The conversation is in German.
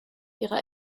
ihrer